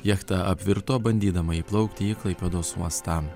jachta apvirto bandydama įplaukti į klaipėdos uostą